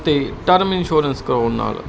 ਤੇ term insurance ਕਰਾਉਣ ਨਾਲ